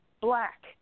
black